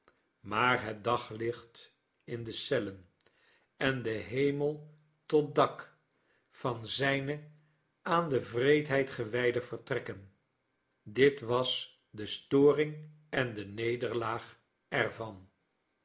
maar het daglicht in de cellen en de hemel tot dak van zijne aan de wreedheid gewijde vertrekken dit was de storing en de nederlaag er